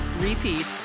repeat